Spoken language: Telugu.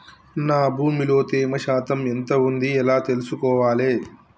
నా భూమి లో తేమ శాతం ఎంత ఉంది ఎలా తెలుసుకోవాలే?